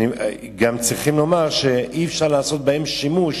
גם צריכים לומר שאי-אפשר לעשות בזה שימוש